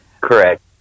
Correct